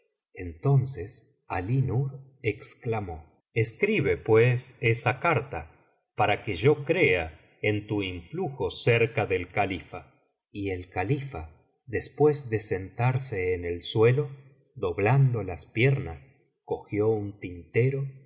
entonces alí nur exclamó escribe pues esa carta para que yo crea en tu influjo cerca del califa y el califa después de sentarse en el suelo doblando las piernas cogió un tintero un